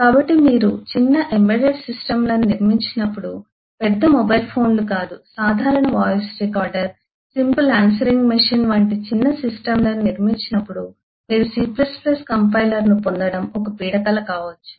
కాబట్టి మీరు చిన్న ఎంబెడెడ్ సిస్టమ్లను నిర్మించినప్పుడు పెద్ద మొబైల్ ఫోన్లు కాదు సాధారణ voice recorder simple answering machine వంటి చిన్న సిస్టమ్లను నిర్మించినప్పుడు మీరు C కంపైలర్ను పొందడం ఒక పీడకల కావచ్చు